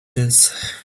this